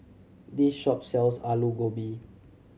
this shop sells Alu Gobi